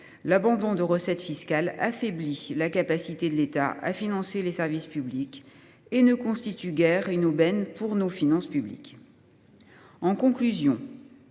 l’abandon de recettes fiscales affaiblit la capacité de l’État à financer les services publics et ne constitue guère une aubaine pour nos finances publiques. En conclusion,